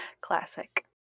classic